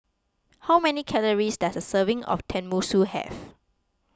how many calories does a serving of Tenmusu have